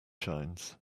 shines